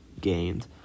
gained